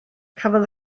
cafodd